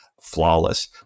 flawless